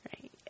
right